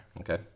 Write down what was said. Okay